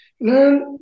learn